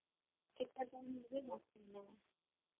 कितना टाइम लगेगा आपको आने में